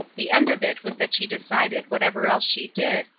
the end of it was that she decided whatever else she did,